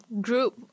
group